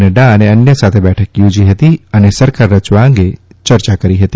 નફા અને અન્ય સાથે બેઠક યોજી હતી અને સરકાર રચવા અંગે ચર્ચા કરી હતી